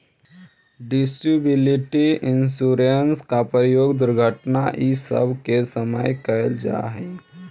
disability insurance के प्रयोग दुर्घटना इ सब के समय कैल जा हई